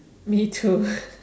me too